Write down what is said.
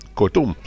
Kortom